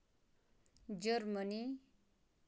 Germany